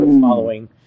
following